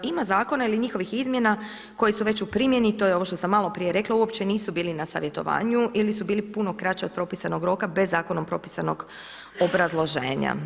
Ima zakona ili njihovih izmjena koji su već u primjeni, to je ovo što sam maloprije rekla, uopće nisu bili na savjetovanju ili su bili puno kraće od propisanog roka bez zakonom propisanog obrazloženja.